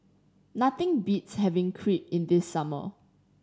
nothing beats having Crepe in the summer